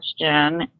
question